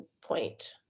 point